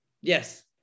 Yes